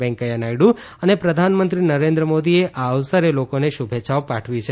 વેકૈયા નાયડુ અને પ્રધાનમંત્રી નરેન્દ્ર મોદીએ આ અવસરે લોકોને શુભેચ્છાઓ પાઠવી છે